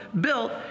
built